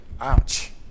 Ouch